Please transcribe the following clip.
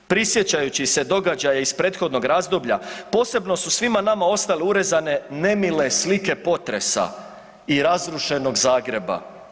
Prisjećajući se događaja iz prethodnog razdoblja, posebno su svima nama ostale urezane nemile slike potresa i razrušenog Zagreba.